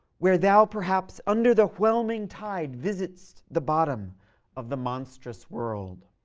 where thou perhaps under the whelming tide visit'st the bottom of the monstrous world,